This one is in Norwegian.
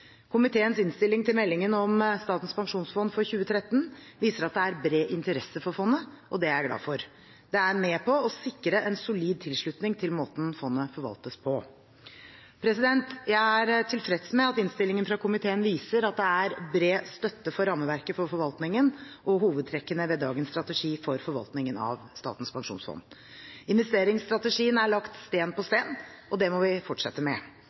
Komiteens innstilling til meldingen om Statens pensjonsfond for 2013 viser at det er bred interesse for fondet. Det er jeg glad for. Det er med på å sikre en solid tilslutning til måten fondet forvaltes på. Jeg er tilfreds med at innstillingen fra komiteen viser at det er bred støtte for rammeverket for forvaltningen og hovedtrekkene ved dagens strategi for forvaltningen av Statens pensjonsfond. Investeringsstrategien er lagt sten på sten, og det må vi fortsette med.